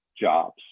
jobs